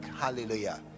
hallelujah